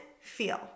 feel